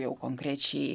jau konkrečiai